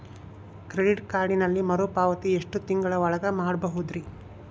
Credit ಕಾರ್ಡಿನಲ್ಲಿ ಮರುಪಾವತಿ ಎಷ್ಟು ತಿಂಗಳ ಒಳಗ ಮಾಡಬಹುದ್ರಿ?